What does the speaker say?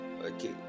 Okay